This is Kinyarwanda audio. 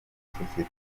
sosiyete